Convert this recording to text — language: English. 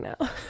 now